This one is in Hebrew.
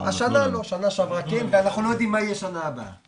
השנה הם היו בסדר, הם נתנו לנו.